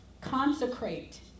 consecrate